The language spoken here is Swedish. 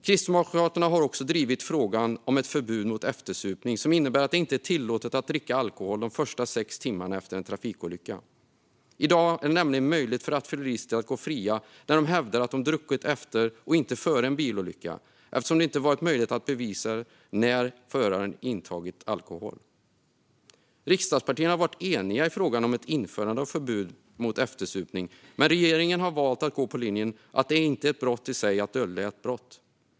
Kristdemokraterna har även drivit frågan om ett förbud mot eftersupning som innebär att det inte är tillåtet att dricka alkohol de första sex timmarna efter en trafikolycka. I dag är det nämligen möjligt för rattfyllerister att gå fria när de hävdar att de druckit efter och inte före en bilolycka, eftersom det inte har varit möjligt att bevisa när föraren intagit alkohol. Riksdagspartierna har varit eniga i frågan om ett införande av förbud mot eftersupning, men regeringen har valt att gå på linjen att det inte är ett brott i sig att dölja ett brott.